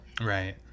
Right